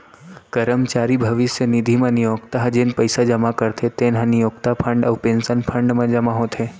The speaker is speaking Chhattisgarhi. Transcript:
करमचारी भविस्य निधि म नियोक्ता ह जेन पइसा जमा करथे तेन ह नियोक्ता फंड अउ पेंसन फंड म जमा होथे